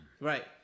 Right